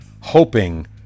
hoping